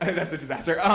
ah that's a disaster.